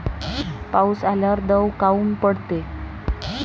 पाऊस आल्यावर दव काऊन पडते?